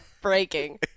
Breaking